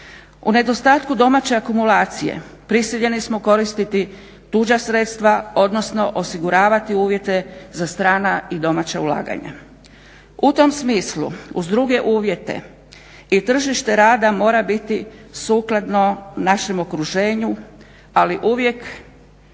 U nedostatku domaće akumulacije prisiljeni smo koristiti tuđa sredstva odnosno osiguravati uvjete za strana i domaća ulaganja. U tom smislu uz druge uvjete i tržište rada mora biti sukladno našem okruženju ali uvijek